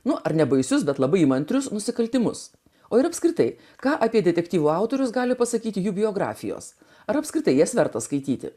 nu ar nebaisius bet labai įmantrius nusikaltimus o ir apskritai ką apie detektyvų autorius gali pasakyti jų biografijos ar apskritai jas verta skaityti